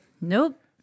nope